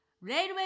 railway